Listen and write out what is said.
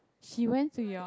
she went to your